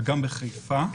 וגם בחיפה.